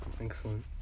Excellent